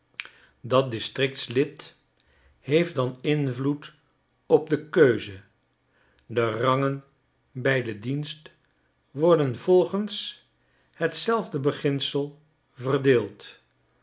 dat districtslid heeft dan invloed op de keuze de rangen bij den dienst worden volgens hetzelfde beginsel verdeeld